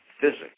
physics